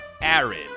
Aaron